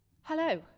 Hello